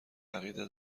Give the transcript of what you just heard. عقیده